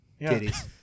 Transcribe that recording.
Titties